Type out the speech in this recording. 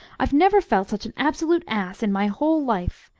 i've never felt such an absolute ass in my whole life!